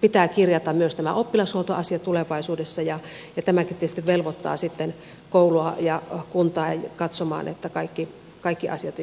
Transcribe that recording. pitää kirjata myös tämä oppilashuoltoasia tulevaisuudessa ja tämäkin tietysti velvoittaa sitten koulua ja kuntaa katsomaan että kaikki asiat ovat järjestyksessä